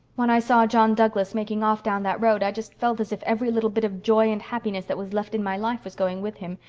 when i saw john douglas making off down that road i just felt as if every little bit of joy and happiness that was left in my life was going with him.